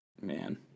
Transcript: Man